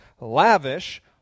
lavish